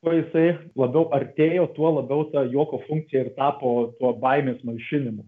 kuo jisai labiau artėjo tuo labiau ta juoko funkcija ir tapo tuo baimės malšinimu